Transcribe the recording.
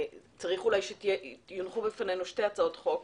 צריך שיונחו בפנינו שתי הצעות חוק.